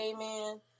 Amen